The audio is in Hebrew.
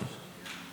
אנחנו עשיריות.